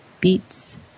beets